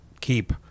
keep